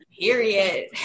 Period